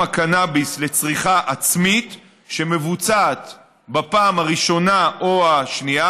הקנאביס לצריכה עצמית שמבוצעת בפעם הראשונה או השנייה,